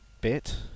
bit